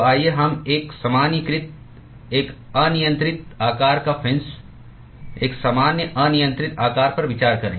तो आइए हम एक सामान्यीकृत एक अनियन्त्रित आकार का फिन्स एक सामान्य अनियन्त्रित आकार पर विचार करें